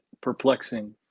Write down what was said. perplexing